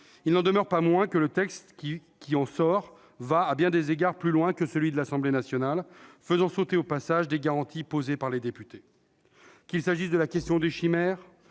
n'en va pas moins, à bien des égards, plus loin que celui de l'Assemblée nationale, et fait sauter au passage des garanties posées par les députés. Qu'il s'agisse de la question des chimères,